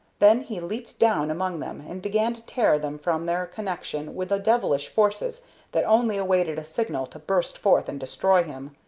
then he leaped down among them and began to tear them from their connection with the devilish forces that only awaited a signal to burst forth and destroy him.